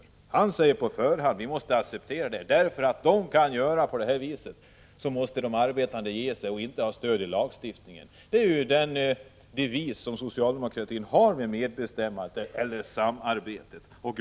Han säger på förhand att vi måste acceptera vad företagarna vill, därför att de kan göra på det eller det sättet. Därför måste de arbetande ge sig och inte få något stöd i lagstiftningen, menar han. Det är tydligen socialdemokraternas devis. Man underordnar sig alltså arbetsköparna.